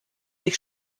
sich